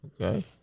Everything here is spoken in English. Okay